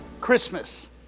Christmas